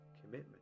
commitment